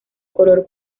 color